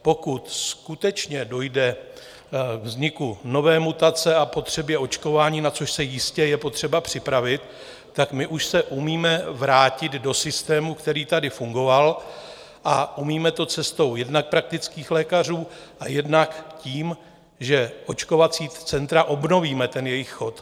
Pokud skutečně dojde ke vzniku nové mutace a potřebě očkování, na což je jistě potřeba se připravit, tak my už se umíme vrátit do systému, který tady fungoval, a umíme to cestou jednak praktických lékařů, jednak tím, že očkovací centra obnovíme, jejich chod.